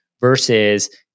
versus